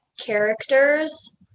characters